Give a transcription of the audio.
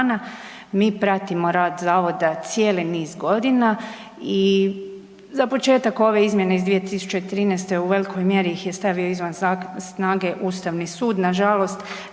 Mi pratimo rad zavoda cijeli niz godina i za početak ove izmjene iz 2013. u velikoj mjeri ih je stavio izvan snage Ustavni sud